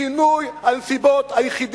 שינוי הנסיבות היחיד